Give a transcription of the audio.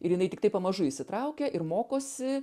ir jinai tiktai pamažu įsitraukia ir mokosi